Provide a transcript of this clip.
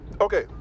Okay